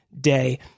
day